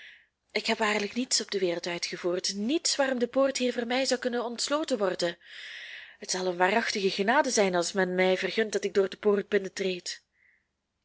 ik heb waarlijk niets op de wereld uitgevoerd niets waarom de poort hier voor mij zou kunnen ontsloten worden het zal een waarachtige genade zijn als men mij vergunt dat ik door de poort binnentreed